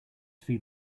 feed